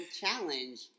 challenge